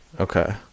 Okay